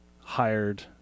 hired